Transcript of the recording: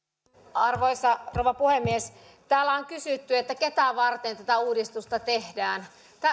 arvoisa rouva puhemies täällä on kysytty ketä varten tätä uudistusta tehdään